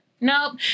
Nope